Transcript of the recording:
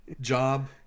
job